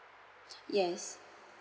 yes